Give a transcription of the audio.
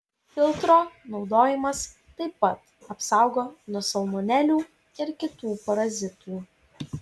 filtro naudojimas taip pat apsaugo nuo salmonelių ir kitų parazitų